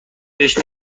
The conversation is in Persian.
بهش